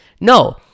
No